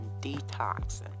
detoxing